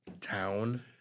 town